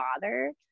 bother